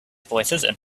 voicesand